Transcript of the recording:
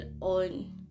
on